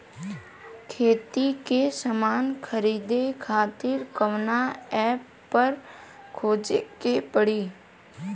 खेती के समान खरीदे खातिर कवना ऐपपर खोजे के पड़ी?